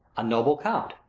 a noble count,